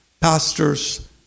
pastors